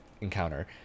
encounter